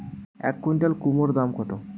এক কুইন্টাল কুমোড় দাম কত?